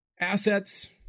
assets